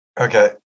Okay